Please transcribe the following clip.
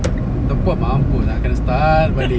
tetaP_Mampuslah kena start balik